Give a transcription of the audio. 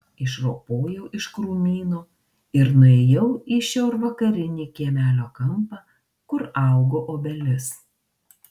išropojau iš krūmyno ir nuėjau į šiaurvakarinį kiemelio kampą kur augo obelis